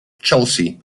chelsea